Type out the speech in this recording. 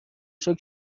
شکر